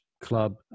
club